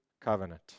Covenant